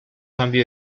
cambio